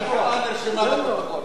במזנון תשיב לו,